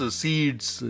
seeds